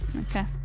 okay